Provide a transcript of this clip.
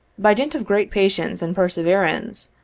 by dint of great patience and perse verance,